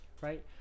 right